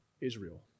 Israel